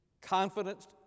confidence